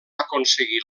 aconseguir